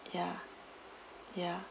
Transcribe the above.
ya ya